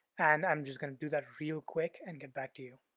and i'm just going to do that real quick and get back to you.